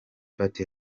party